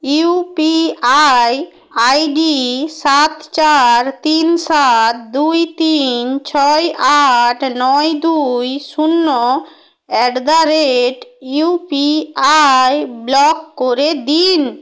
UPI ID সাত চার তিন সাত দুই তিন ছয় আট নয় দুই শূন্য at the rate UPI block করে দিন